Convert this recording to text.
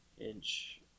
inch